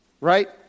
right